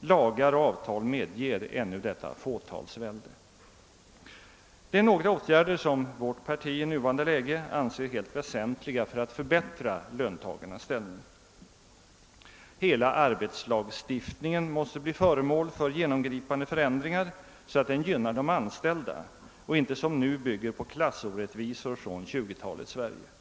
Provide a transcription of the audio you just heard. Lagar och avtal medger ännu detta fåtalsvälde. Det är några åtgärder som vårt parti i nuvarande läge anser helt väsentliga för att förbättra löntagarnas ställning. Hela arbetslagstiftningen måste bli föremål för genomgripande förändringar, så att den kommer att gynna de anställda och inte som nu bygger på klassorättvisor från 1920-talets Sverige.